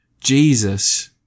Jesus